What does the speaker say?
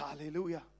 Hallelujah